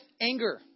Anger